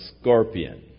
scorpion